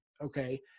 okay